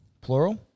plural